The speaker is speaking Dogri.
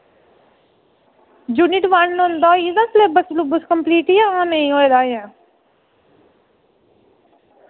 जूनिट वन उं'दा होई गेदा सलेबस सलुबस कम्पलीट जां नेईं होए दा अजें